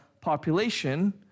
population